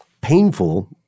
painful –